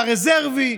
על הרזרבי,